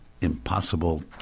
impossible